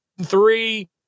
three